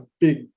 big